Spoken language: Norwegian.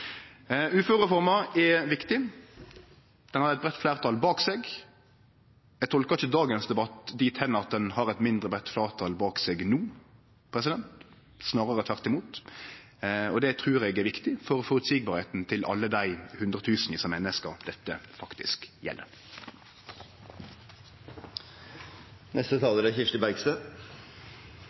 viktig. Den har eit breitt fleirtal bak seg. Eg tolkar ikkje dagens debatt dit hen at ein har eit mindre breitt fleirtal bak seg no, snarare tvert imot, og det trur eg er viktig for føreseielegheita for alle dei hundretusenvis av menneske dette faktisk